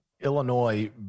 Illinois